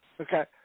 Okay